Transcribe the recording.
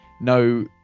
No